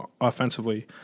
offensively